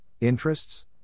interests